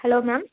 hello ma'am